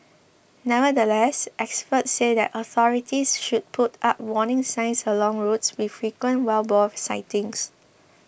nevertheless experts said that authorities should put up warning signs along roads with frequent wild boar sightings